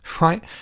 right